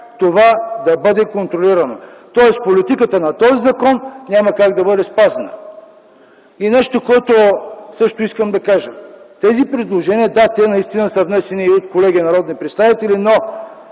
това да бъде контролирано! Тоест, политиката на този закон няма как да бъде спазена. Тези предложения, да, те наистина са внесени и от колеги народни представители. Но